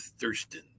Thurston